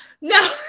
no